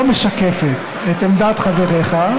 לא משקפת את עמדת חבריך,